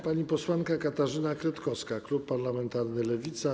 Pani posłanka Katarzyna Kretkowska, klub parlamentarny Lewica.